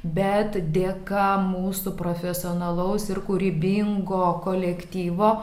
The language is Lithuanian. bet dėka mūsų profesionalaus ir kūrybingo kolektyvo